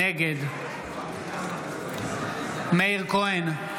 נגד מאיר כהן,